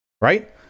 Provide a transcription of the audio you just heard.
Right